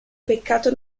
peccato